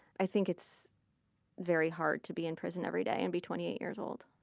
i think it's very hard to be in prison every day and be twenty eight years old.